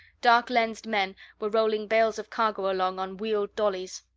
dark-lensed men were rolling bales of cargo along on wheeled dollies.